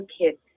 kids